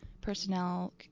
personnel